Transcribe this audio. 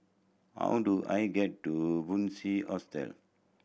how do I get to Bunc Hostel